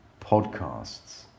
podcasts